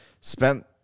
spent